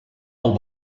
del